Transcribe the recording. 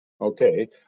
Okay